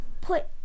put